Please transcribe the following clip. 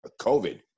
COVID